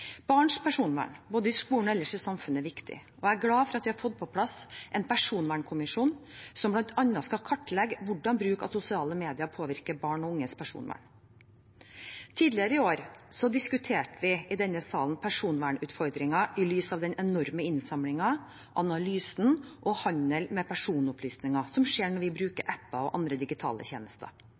Barns personvern, både i skolen og ellers i samfunnet, er viktig. Jeg er glad for at vi har fått på plass en personvernkommisjon som bl.a. skal kartlegge hvordan bruk av sosiale medier påvirker barn og unges personvern. Tidligere i år diskuterte vi i denne salen personvernutfordringer i lys av den enorme innsamlingen, analysen og handelen med personopplysninger som skjer når vi bruker apper og andre digitale tjenester.